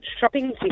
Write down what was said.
shopping